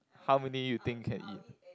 how many you think you can eat